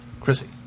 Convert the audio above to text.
Chrissy